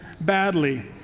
badly